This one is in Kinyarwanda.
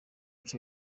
bice